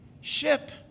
ship